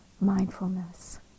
mindfulness